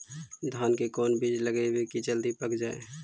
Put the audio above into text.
धान के कोन बिज लगईयै कि जल्दी पक जाए?